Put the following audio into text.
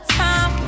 time